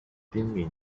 的町名